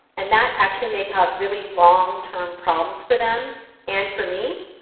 and that actually may cause really long term problems for them and for me,